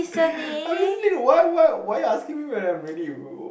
I'm listening why why why you asking me whether I'm ready